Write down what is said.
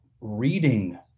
reading